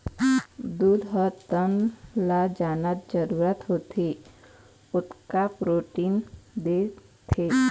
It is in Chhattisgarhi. दूद ह तन ल जतका जरूरत होथे ओतका प्रोटीन देथे